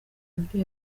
uburyo